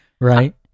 right